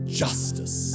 justice